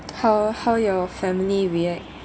how how your family react